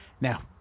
Now